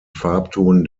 farbton